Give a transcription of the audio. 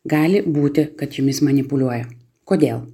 gali būti kad jumis manipuliuoja kodėl